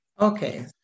Okay